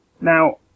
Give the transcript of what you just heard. Now